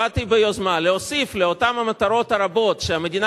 באתי ביוזמה להוסיף לאותן המטרות הרבות שהמדינה